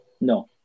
no